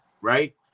right